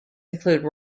include